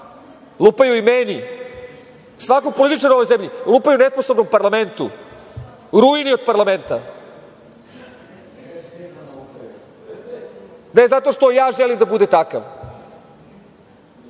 lupaju i meni, svakom političaru u ovoj zemlji, lupaju neposredno parlamentu, ruini od parlamenta. Ne zato što ja želim da bude takav,